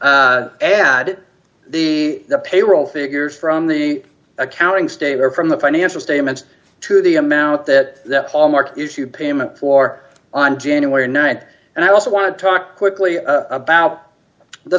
add the the payroll figures from the accounting state or from the financial statements to the amount that the hallmark issued payment for on january th and i also want to talk quickly about the